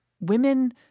Women